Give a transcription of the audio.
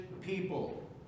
people